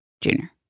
junior